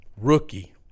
rookie